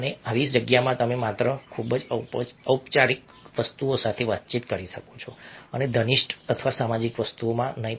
અને આવી જગ્યામાં તમે માત્ર ખૂબ જ ઔપચારિક વસ્તુઓ સાથે વાતચીત કરી શકો છો અને ઘનિષ્ઠ અથવા સામાજિક વસ્તુઓ નહીં